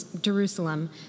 Jerusalem